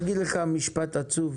אני אגיד לך משפט עצוב.